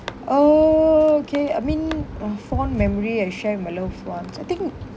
oh okay I mean a fond memory I share my loved ones I think